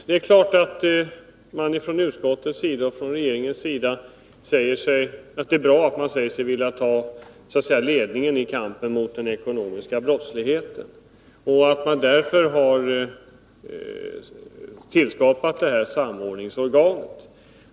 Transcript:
Det är givetvis bra att utskottet och regeringen säger sig vilja ta ledningen i kampen mot den ekonomiska brottsligheten och att man därför har tillskapat det nya samordningsorganet.